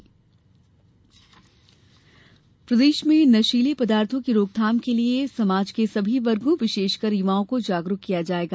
संकल्प पत्र प्रदेश में नशीले पदार्थों की रोकथाम के लिये समाज के सभी वर्गों विशेषकर युवाओं को जागरूक किया जायेगा